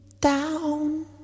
down